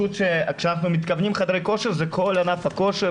כשאנחנו אומרים חדרי כושר זה כל ענף הכושר